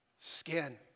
skin